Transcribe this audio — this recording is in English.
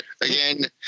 Again